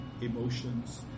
emotions